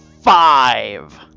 five